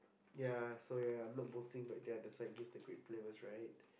ya so ya not boasting but the other side gives the great flavours right